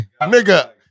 Nigga